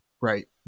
right